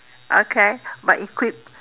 okay but equip